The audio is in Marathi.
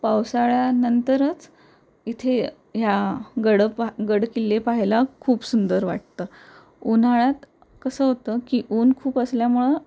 पावसाळ्यानंतरच इथे ह्या गड पा गड किल्ले पाहायला खूप सुंदर वाटतं उन्हाळ्यात कसं होतं की ऊन खूप असल्यामुळं